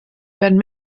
werden